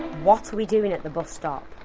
what are we doing at the bus stop?